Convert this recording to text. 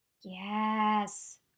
Yes